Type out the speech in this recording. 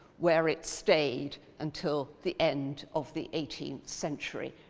where it stayed until the end of the eighteenth century,